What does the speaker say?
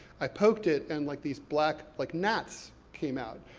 i poked it, and like these black, like, gnats came out.